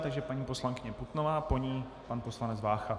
Takže paní poslankyně Putnová, po ní pan poslanec Vácha.